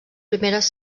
primeres